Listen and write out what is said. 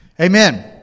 Amen